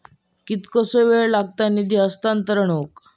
कितकोसो वेळ लागत निधी हस्तांतरण हौक?